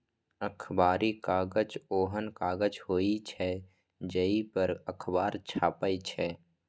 अखबारी कागज ओहन कागज होइ छै, जइ पर अखबार छपै छै